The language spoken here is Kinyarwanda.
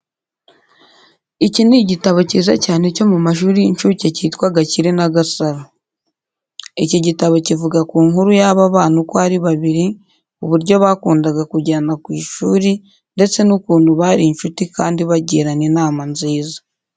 Iki ni igitabo cyiza cyane cyo mu mashuri y'incuke cyitwa Gakire na Gasaro. Iki gitabo kivuga ku nkuru y'aba bana uko ari babiri, uburyo bakundaga kujyana ku ishuri ndetse n'ukuntu bari inshuti kandi bagirana inama nziza.